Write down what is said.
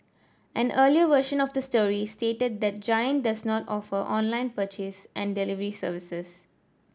an earlier version of the story stated that Giant does not offer online purchase and delivery services